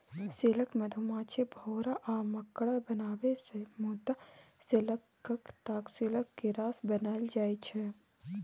silk मधुमाछी, भौरा आ मकड़ा बनाबै छै मुदा सिल्कक ताग सिल्क कीरासँ बनाएल जाइ छै